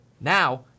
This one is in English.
Now